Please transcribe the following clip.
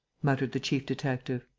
muttered the chief-detective.